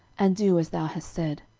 and do as thou hast said.